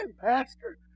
Pastor